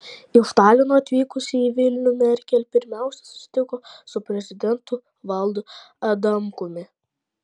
iš talino atvykusi į vilnių merkel pirmiausia susitiko su prezidentu valdu adamkumi